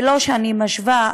ולא שאני משווה,